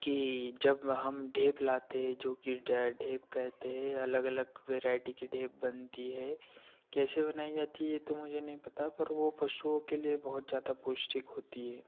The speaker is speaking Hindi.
कि जब हम ढेप लाते हैं जो कि ड ढेप कहते हैं अलग अलग वेराइटी की ढेप बनती है कैसे बनाई जाती ये तो मुझे नहीं पता पर वो पशुओ के लिए बहुत जादा पौष्टिक होती है